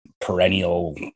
perennial